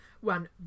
one